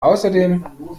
außerdem